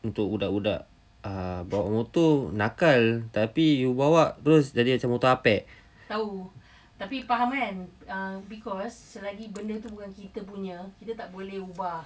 untuk budak-budak err bawa motor nakal tapi you bawak terus jadi motor apek